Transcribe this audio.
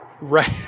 right